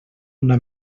una